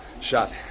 Shot